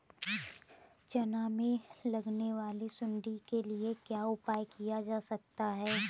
चना में लगने वाली सुंडी के लिए क्या उपाय किया जा सकता है?